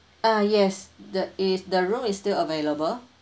ah yes the is the room is still available